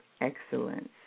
excellence